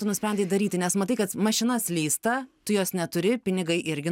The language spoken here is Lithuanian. tu nusprendei daryti nes matai kad mašina slysta tu jos neturi pinigai irgi